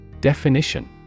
Definition